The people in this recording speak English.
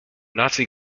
nazi